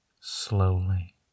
slowly